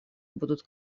будут